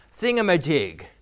thingamajig